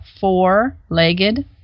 four-legged